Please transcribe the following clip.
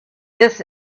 this